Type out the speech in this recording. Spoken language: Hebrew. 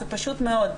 זה פשוט מאוד.